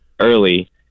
early